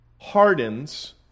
hardens